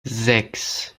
sechs